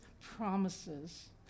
promises